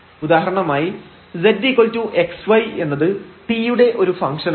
ഉദാഹരണമായി zxy എന്നത് t യുടെ ഒരു ഫംഗ്ഷൻആണ്